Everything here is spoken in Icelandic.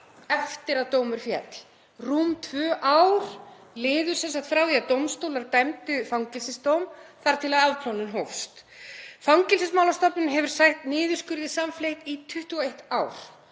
eftir að dómur féll, rúm tvö ár liðu sem sagt frá því að dómstólar dæmdu fangelsisdóm þar til afplánun hófst. Fangelsismálastofnun hefur sætt niðurskurði samfleytt í 21 ár